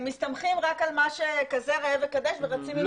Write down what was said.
מסתמכים רק על כזה וראה וקדש ורצים עם זה הלאה.